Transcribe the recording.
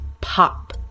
pop